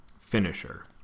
finisher